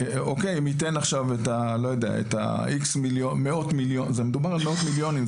מדובר על מאות מיליונים,